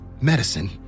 medicine